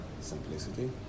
simplicity